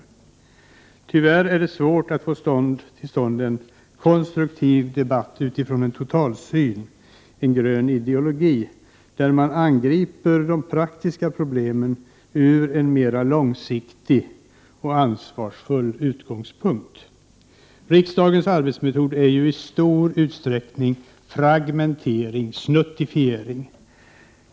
Det är tyvärr svårt att få till stånd en konstruktiv debatt utifrån en totalsyn — en grön ideologi — med vars hjälp man angriper de praktiska problemen på lång sikt från en mer ansvarsfull utgångspunkt. Riksdagens arbetsmetod är i stor utsträckning fragmentering — ”snuttifiering”.